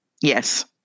Yes